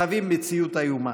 חווים מציאות איומה.